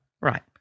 right